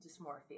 dysmorphia